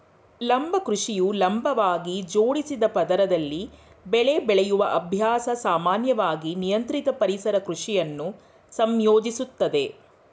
ಲಂಬ ಕೃಷಿಯು ಲಂಬವಾಗಿ ಜೋಡಿಸಿದ ಪದರದಲ್ಲಿ ಬೆಳೆ ಬೆಳೆಯುವ ಅಭ್ಯಾಸ ಸಾಮಾನ್ಯವಾಗಿ ನಿಯಂತ್ರಿತ ಪರಿಸರ ಕೃಷಿಯನ್ನು ಸಂಯೋಜಿಸುತ್ತದೆ